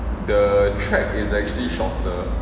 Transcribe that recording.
the track is actually shorter